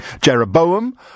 Jeroboam